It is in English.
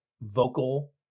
vocal